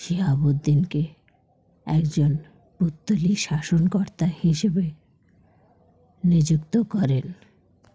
শিয়াব দিনকে একজন পুত্তলি শাসনকর্তা হিসেবে নিযুক্ত করেন